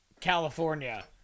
california